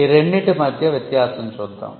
ఈ రెండింటి మధ్య వ్యత్యాసం చూద్దాం